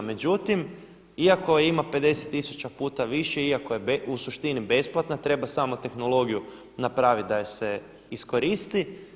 Međutim, iako je ima 50 tisuća puta više, iako je u suštini besplatna treba samo tehnologiju napraviti da je se iskoristi.